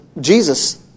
Jesus